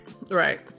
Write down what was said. right